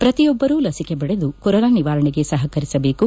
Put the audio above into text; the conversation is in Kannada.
ಪ್ರತಿಯೊಬ್ಬರು ಲಸಿಕೆ ಪಡೆದು ಕೊರೋನಾ ನಿವಾರಣೆಗೆ ಸಹಕರಿಸಬೇಕು